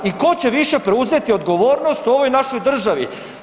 I ko će više preuzeti odgovornost u ovoj našoj državi?